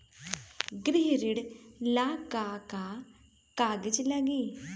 गृह ऋण ला का का कागज लागी?